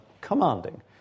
commanding